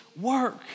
work